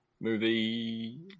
movie